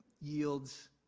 yields